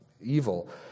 evil